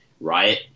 riot